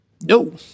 No